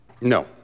No